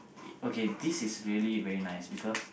okay this is really very nice because